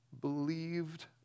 believed